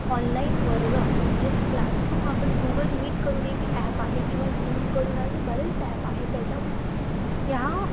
online वर्ग म्हणजेच classroom आपण गुगल मीट करून एक ॲप आहे किंवा झूम करून असे बरेच ॲप आहेत त्याच्याम ह्या